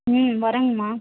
ம் வரங்கம்மா